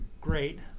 great